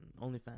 OnlyFans